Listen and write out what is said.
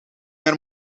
meer